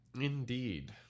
Indeed